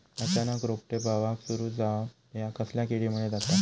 अचानक रोपटे बावाक सुरू जवाप हया कसल्या किडीमुळे जाता?